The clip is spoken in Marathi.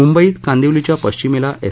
मुंबईत कांदिवलीच्या पश्चिमेला एस